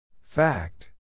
Fact